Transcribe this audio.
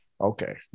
Okay